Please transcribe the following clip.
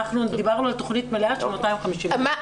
אנחנו דיברנו על תכנית מלאה של 250 מיליון.